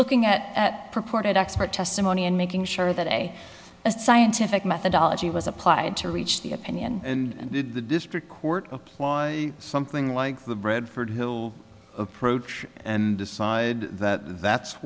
looking at purported expert testimony and making sure that a scientific methodology was applied to reach the opinion and did the district court apply something like the bradford hill approach and decide that that's